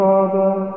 Father